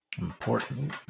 important